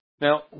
Now